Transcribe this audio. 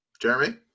Jeremy